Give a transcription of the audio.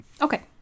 Okay